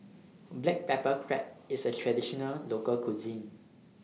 Black Pepper Crab IS A Traditional Local Cuisine